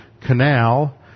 canal